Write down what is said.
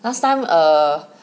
last time err